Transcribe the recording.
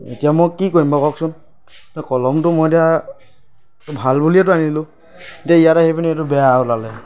এতিয়া মই কি কৰিম বাৰু কওকচোন এতিয়া কলমটো মই এতিয়া ভাল বুলিয়েতো আনিলোঁ এতিয়া ইয়াত আহি পিনে এইটো বেয়া ওলালে